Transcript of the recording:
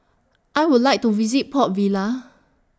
I Would like to visit Port Vila